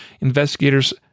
Investigators